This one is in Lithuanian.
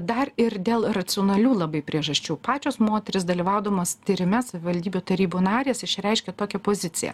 dar ir dėl racionalių labai priežasčių pačios moterys dalyvaudamos tyrime savivaldybių tarybų narės išreiškė tokią poziciją